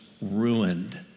ruined